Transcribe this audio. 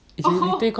it's literally called